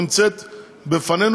נמצאת בפנינו,